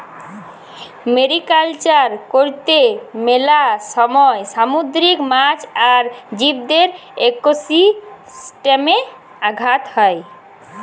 mariculture করত্যে মেলা সময় সামুদ্রিক মাছ আর জীবদের একোসিস্টেমে আঘাত হ্যয়